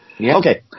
Okay